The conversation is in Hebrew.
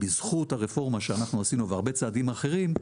בזכות הרפורמה שאנחנו עשינו והרבה צעדים אחרים,